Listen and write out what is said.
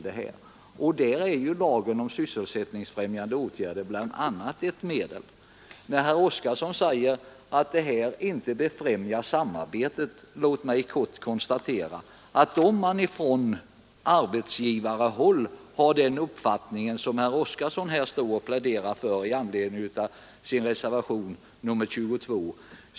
Därvidlag är lagen om sysselsättningsfrämjande åtgärder ett medel. Herr Oskarson talade om att främja samarbetet, men låt mig kort konstatera att det blir svårt att åstadkomma ett samarbete, om man på arbetsgivarhåll har den uppfattning som herr Oskarson här pläderade för i anslutning till sin reservation 22.